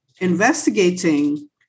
investigating